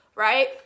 right